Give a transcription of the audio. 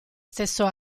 stesso